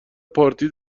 پارتی